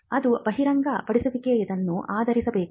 ಅದು ಬಹಿರಂಗಪಡಿಸಿದನ್ನು ಆಧರಿಸಿರಬೇಕು